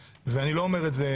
ואני לא אומר את זה